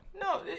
No